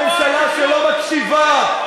תודה רבה.